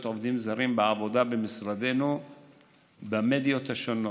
עובדים זרים בעבודה במשרדנו במדיות השונות,